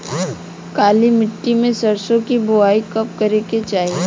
काली मिट्टी में सरसों के बुआई कब करे के चाही?